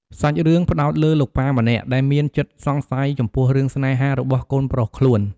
សាច់រឿងផ្តោតលើលោកប៉ាម្នាក់ដែលមានចិត្តសង្ស័យចំពោះរឿងស្នេហារបស់កូនប្រុសខ្លួន។